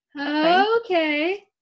Okay